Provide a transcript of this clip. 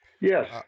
Yes